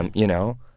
and you know,